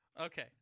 Okay